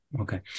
Okay